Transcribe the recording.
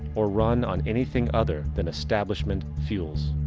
or run on anything other than establishment fuels.